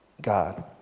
God